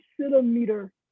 centimeter